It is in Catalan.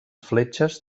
fletxes